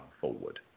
forward